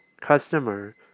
customer